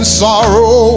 sorrow